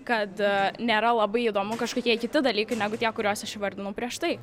kad nėra labai įdomu kažkokie kiti dalykai negu tie kuriuos aš įvardinau prieš tai